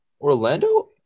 Orlando